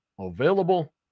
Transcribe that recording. available